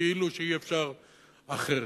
כאילו אי-אפשר אחרת.